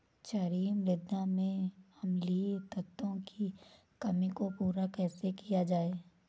क्षारीए मृदा में अम्लीय तत्वों की कमी को पूरा कैसे किया जाए?